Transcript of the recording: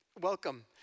welcome